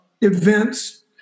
events